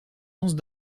anses